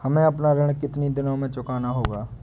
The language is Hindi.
हमें अपना ऋण कितनी दिनों में चुकाना होगा?